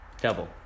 Double